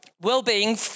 well-being